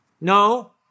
No